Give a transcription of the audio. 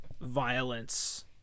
violence